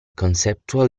conceptual